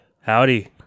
Howdy